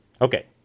Okay